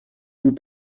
vous